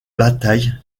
bataille